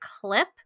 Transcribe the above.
clip